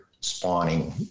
spawning